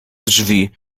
drzwi